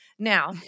Now